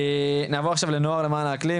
נעבור עכשיו לנוער למען האקלים,